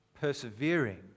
persevering